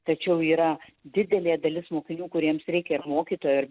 tačiau yra didelė dalis mokinių kuriems reikia ir mokytojo ir